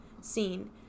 scene